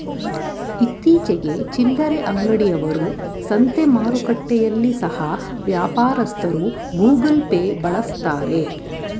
ಇತ್ತೀಚಿಗೆ ಚಿಲ್ಲರೆ ಅಂಗಡಿ ಅವರು, ಸಂತೆ ಮಾರುಕಟ್ಟೆಯಲ್ಲಿ ಸಹ ವ್ಯಾಪಾರಸ್ಥರು ಗೂಗಲ್ ಪೇ ಬಳಸ್ತಾರೆ